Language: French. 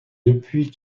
depuis